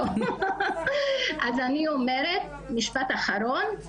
אני אומרת משפט אחרון,